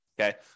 okay